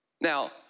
Now